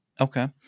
Okay